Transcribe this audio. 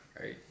right